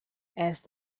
asked